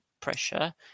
pressure